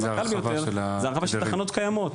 זה הרחבה של תחנות קיימות,